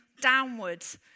downwards